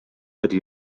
ydy